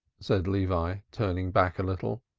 said levi, turning back a little.